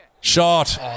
Shot